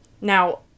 Now